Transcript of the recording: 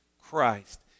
Christ